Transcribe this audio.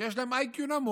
שיש להם IQ נמוך,